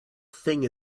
thing